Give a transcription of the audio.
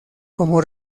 como